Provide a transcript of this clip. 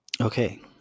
Okay